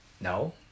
No